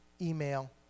email